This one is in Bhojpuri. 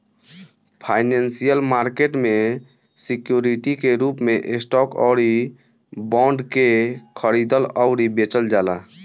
फाइनेंसियल मार्केट में सिक्योरिटी के रूप में स्टॉक अउरी बॉन्ड के खरीदल अउरी बेचल जाला